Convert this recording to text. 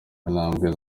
intambwe